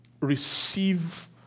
receive